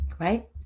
right